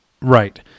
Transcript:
Right